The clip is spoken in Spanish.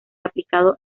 aplicado